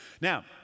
Now